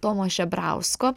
tomo žebrausko